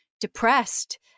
depressed